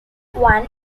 one